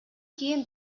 кийин